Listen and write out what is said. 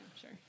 sure